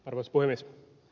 arvoisa puhemies